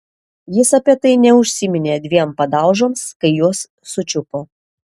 jis apie tai neužsiminė dviem padaužoms kai juos sučiupo